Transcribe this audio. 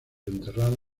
enterrado